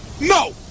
No